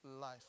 life